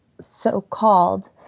so-called